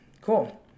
Cool